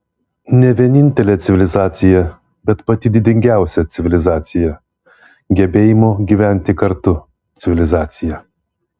ne vienintelė civilizacija bet pati didingiausia civilizacija gebėjimo gyventi kartu civilizacija